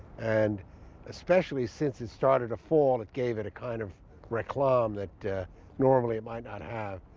and especially since it started to fall, it gave it a kind of reclame that normally it might not have.